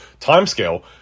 timescale